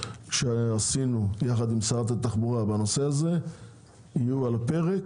שעשינו יחד עם שרת התחבורה בנושא הזה יהיו על הפרק.